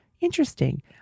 interesting